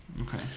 Okay